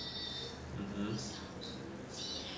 mmhmm